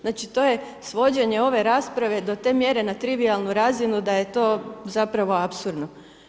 Znači to je svođenje ove rasprave do te mjere na trivijalnu razinu da je to zapravo apsurdno.